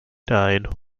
died